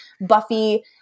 Buffy